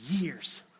years